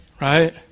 Right